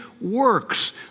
works